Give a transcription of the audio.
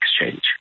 exchange